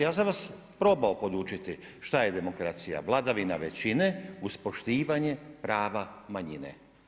Ja sam vas probao podučiti šta je demokracija, vladavina većine uz poštivanje prava manjine.